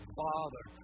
father